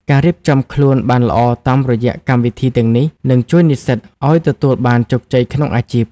ការរៀបចំខ្លួនបានល្អតាមរយៈកម្មវិធីទាំងនេះ នឹងជួយនិស្សិតឱ្យទទួលបានជោគជ័យក្នុងអាជីព។